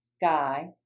Guy